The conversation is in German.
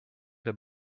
der